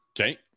okay